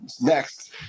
next